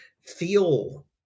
feel